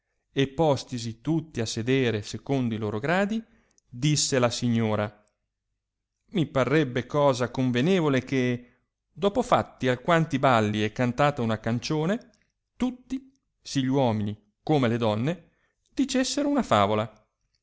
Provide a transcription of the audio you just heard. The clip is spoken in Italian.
e postisi tutti a sedere secondo i loro gradi disse la signora mi parrebbe cosa convenevole che dopo fatti alquanti balli e cantata una cancione tutti sì gli uomini come le donne dicessero una favola